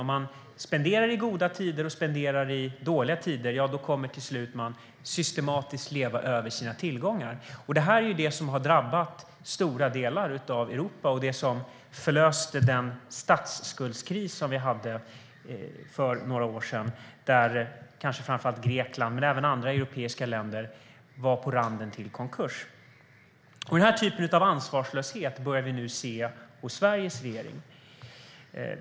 Om man spenderar i goda tider och spenderar i dåliga tider kommer man till slut att systematiskt leva över sina tillgångar. Det är detta som har drabbat stora delar av Europa och som har förlöst den statsskuldskris som vi hade för några år sedan, då framför allt Grekland men även andra europeiska länder var på randen till konkurs. Denna typ av ansvarslöshet börjar vi nu se hos Sveriges regering.